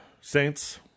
Saints